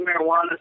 marijuana